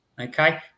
Okay